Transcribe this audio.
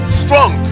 strong